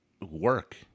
work